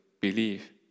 believe